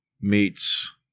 meets